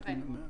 אז בוא נסכם.